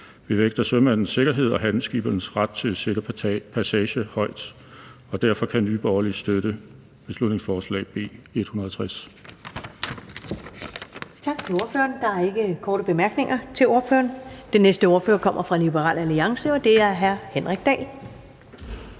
Vi vægter sømændenes sikkerhed og handelsskibenes ret til sikker passage højt. Derfor kan Nye Borgerlige støtte beslutningsforslag B 160.